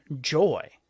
joy